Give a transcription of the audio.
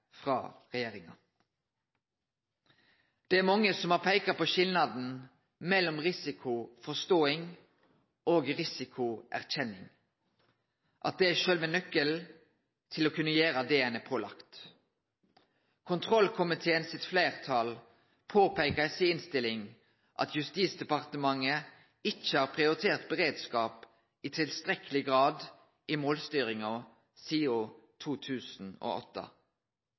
frå regjeringa. Det er mange som har peika på skilnaden mellom risikoforståing og risikoerkjenning – at det er sjølve nøkkelen til å kunne gjere det ein er pålagd. Kontrollkomiteens fleirtal peikar i si innstilling på at Justisdepartementet ikkje har prioritert beredskap i tilstrekkeleg grad i målstyringa sidan 2008.